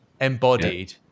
embodied